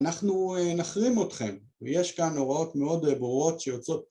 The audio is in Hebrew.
‫אנחנו נחרים אתכם, ‫ויש כאן הוראות מאוד ברורות שיוצאות.